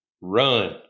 run